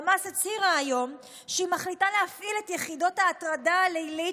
חמאס הצהירה היום שהיא מחליטה להפעיל את יחידות ההטרדה הלילית,